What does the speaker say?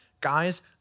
Guys